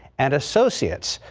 and associates.